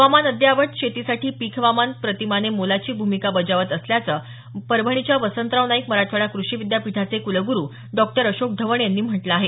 हवामान अद्ययावत शेतीसाठी पीक हवामान प्रतिमाने मोलाची भूमिका बजावत असल्याच परभणीच्या वसंतराव नाईक मराठवाडा क्रषी विद्यापीठाचे कुलगुरू डॉ अशोक ढवण यांनी म्हटलं आहे